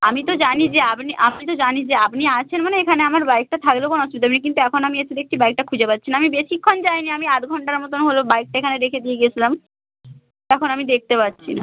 আমি তো জানি যে আপনি আমি তো জানি যে আপনি আছেন মানে এখানে আমার বাইকটা থাকলেও কোনও অসুবিধা নেই কিন্তু এখন আমি এসে দেখছি বাইকটা খুঁজে পাচ্ছিনা আমি বেশিক্ষণ যাইনি আমি আধ ঘন্টার মতো হল বাইকটা এখানে রেখে দিয়ে গেছিলাম এখন আমি দেখতে পাচ্ছিনা